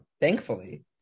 thankfully